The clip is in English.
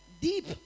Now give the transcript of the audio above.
deep